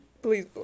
Please